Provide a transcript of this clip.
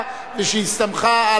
בהסכמת השרה,